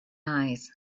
eyes